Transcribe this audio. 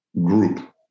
group